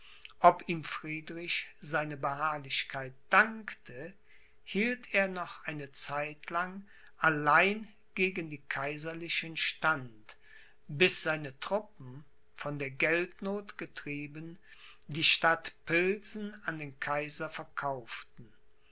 ob ihm friedrich seine beharrlichkeit dankte hielt er noch eine zeitlang allein gegen die kaiserlichen stand bis seine truppen von der geldnoth getrieben die stadt pilsen an den kaiser verkauften